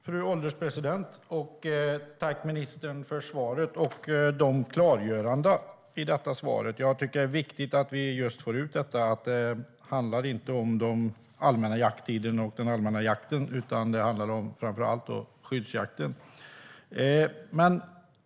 Fru ålderspresident! Tack, ministern, för svaret och klargörandena! Jag tycker att det är viktigt att vi just får ut att det inte handlar om den allmänna jakttiden och den allmänna jakten utan framför allt om skyddsjakten.